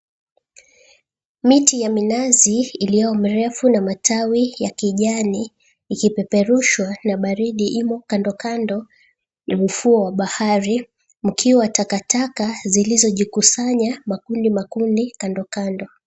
Miti ya minazi iliyo mirefu na matawi ya kijani, ikipeperushwa na baridi, imo kando kando ya ufuo wa bahari, mkiwa takataka zilizojikusanya makundi makundi kando kando.